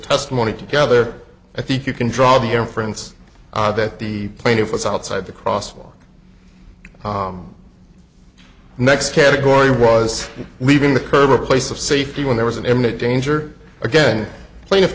testimony together i think you can draw the inference that the plaintiff was outside the crosswalk next category was leaving the curve a place of safety when there was an imminent danger again plaintiff